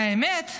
האמת,